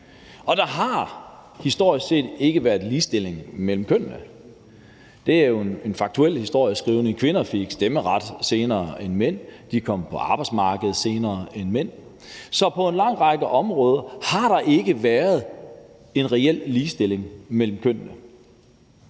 og der har historisk set ikke været ligestilling mellem kønnene. Det er jo faktuel historieskrivning. Kvinder fik stemmeret senere end mænd. De kom på arbejdsmarkedet senere end mænd. Så på en lang række områder har der ikke været en reel ligestilling mellem kønnene.